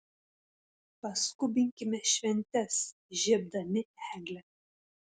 paskubinkime šventes įžiebdami eglę